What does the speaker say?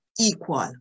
equal